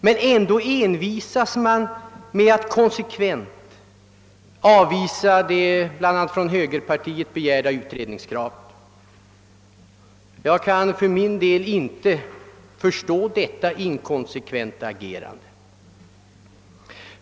Men ändå envisas man med att konsekvent avvisa det av högerpartiet framförda utredningskravet. Jag kan för min del inte förstå detta inkonsekventa agerande.